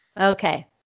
Okay